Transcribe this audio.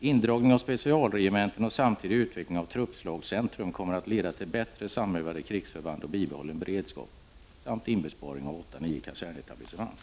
Indragning av specialregementen och samtidig utveckling av truppslagscentrum kommer att leda till bättre samövade krigsförband och bibehållen beredskap samt inbesparing av åtta-nio kasernetablissement.